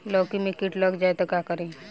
लौकी मे किट लग जाए तो का करी?